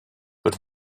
but